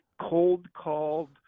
cold-called